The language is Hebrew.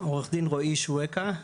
עורך דין רועי שויקה,